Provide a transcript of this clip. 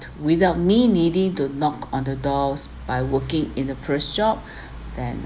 without me needing to knock on the doors by working in the first job then